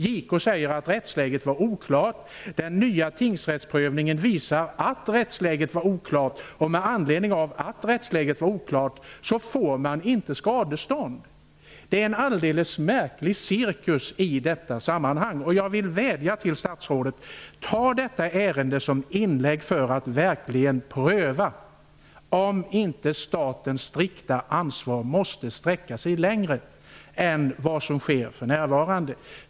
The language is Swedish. JK sade att rättsläget var oklart. Den nya tingsrättsprövningen visade att rättsläget var oklart. Med anledningen av att rättsläget var oklart får företaget inte skadestånd. Det är en märklig cirkus. Jag vill vädja till statsrådet att använda detta ärende som inlägg för att verkligen pröva om inte statens ansvar måste sträcka sig längre än vad det gör för närvarande.